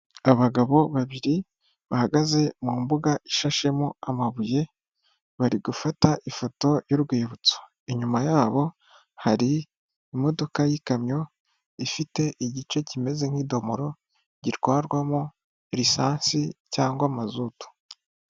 Abagabo babiri bahagaze mu mbuga ishashemo amabuye bari gufata ifoto y'urwibutso inyuma yabo hari imodoka y'ikamyo ifite igice kimeze nk'idomoro gitwarwamo lisansi cyangwa mazutu.